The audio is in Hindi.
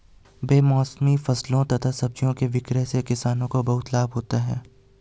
बेमौसमी फलों तथा सब्जियों के विक्रय से किसानों को बहुत लाभ होता है